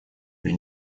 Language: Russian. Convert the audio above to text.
при